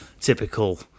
typical